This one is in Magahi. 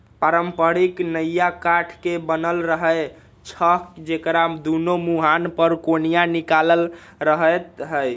पारंपरिक नइया काठ के बनल रहै छइ जेकरा दुनो मूहान पर कोनिया निकालल रहैत हइ